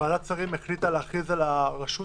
שוועדת השרים החליטה להכריז על הרשות